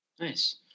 Nice